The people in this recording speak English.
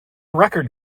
record